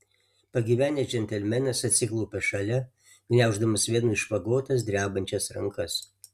pagyvenęs džentelmenas atsiklaupė šalia gniauždamas venų išvagotas drebančias rankas